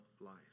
life